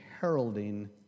heralding